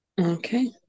Okay